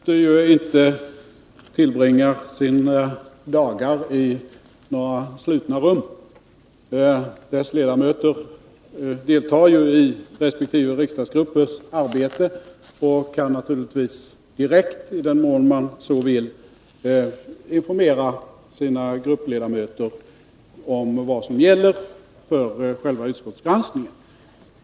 Herr talman! Låt mig påpeka att konstitutionsutskottets ledamöter inte tillbringar sina dagar i slutna rum. De deltar i resp. riksdagsgruppers arbete och kan naturligtvis direkt, i den mån de så vill, informera gruppledamöterna om vad som gäller för själva utskottsgranskningen.